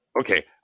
okay